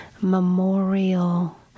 memorial